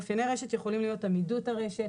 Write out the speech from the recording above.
מאפייני רשת יכולים להיות עמידות הרשת,